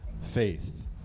faith